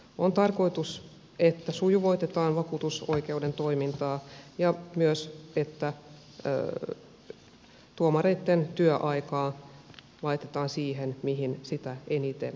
on tarkoitus että sujuvoitetaan vakuu tusoikeuden toimintaa ja myös että tuomareitten työaikaa laitetaan siihen mihin sitä eniten tarvitaan